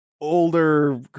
older